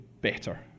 better